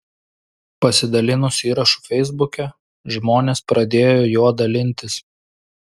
pasidalinus įrašu feisbuke žmonės pradėjo juo dalintis